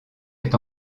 est